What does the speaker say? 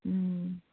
ꯎꯝ